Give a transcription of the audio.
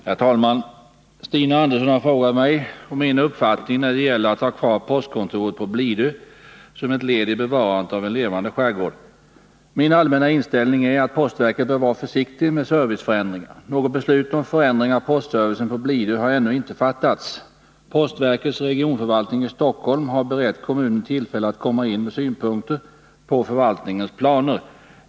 Herr talman! Stina Andersson har frågat mig om min uppfattning när det gäller att ha kvar postkontoret på Blidö som ett led i bevarandet av en levande skärgård. Min allmänna inställning är att postverket bör vara försiktigt med serviceförändringar. Något beslut om förändring av postservicen på Blidö har ännu inte fattats. Postverkets regionförvaltning i Stockholm har berett kommunen tillfälle att komma in med synpunkter på förvaltningens planer.